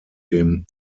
dem